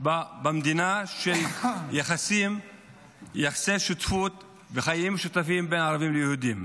במדינה של יחסי שותפות וחיים משותפים בין ערבים ליהודים.